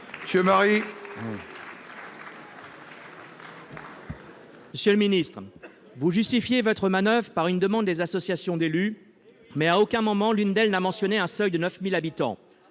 Monsieur le ministre, vous justifiez votre manoeuvre par une demande des associations d'élus, mais à aucun moment l'une d'elles n'a mentionné un seuil de 9 000 habitants.